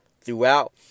throughout